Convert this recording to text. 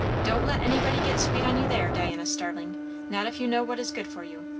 don't let anybody get sweet on you there, diana starling not if you know what is good for you.